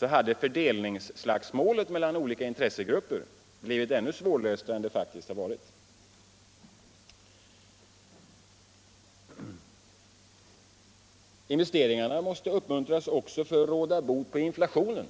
hade fördelningsslagsmålet mellan olika intressegrupper blivit ännu värre än det nu har varit. Investeringarna måste uppmuntras också för att råda bot på inflationen.